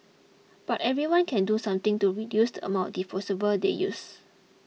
but everyone can do something to reduce the amount disposables they use